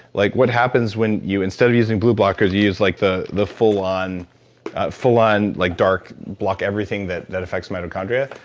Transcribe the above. like what happens when you, instead of using blue blockers, you use like the the full on full on like dark, block everything that that affect mitochondria.